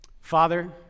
Father